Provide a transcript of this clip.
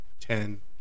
ten